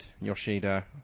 Yoshida